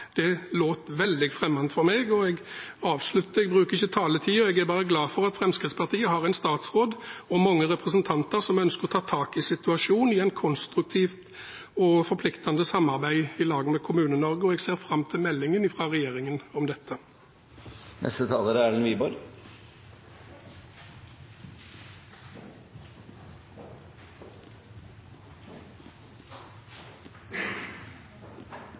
Det låt veldig fremmed for meg. Jeg avslutter med at – jeg bruker ikke taletiden – jeg bare er glad for at Fremskrittspartiet har en statsråd og mange representanter som ønsker å ta tak i situasjonen i et konstruktivt og forpliktende samarbeid i lag med Kommune-Norge. Jeg ser fram til meldingen fra regjeringen om dette.